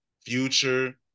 Future